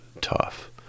tough